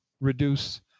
reduce